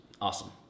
awesome